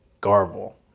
garble